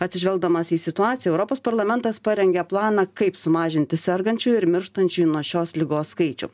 atsižvelgdamas į situaciją europos parlamentas parengė planą kaip sumažinti sergančiųjų ir mirštančių nuo šios ligos skaičių